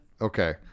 Okay